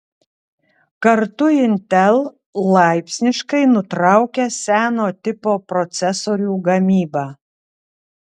kartu intel laipsniškai nutraukia seno tipo procesorių gamybą